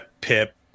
Pip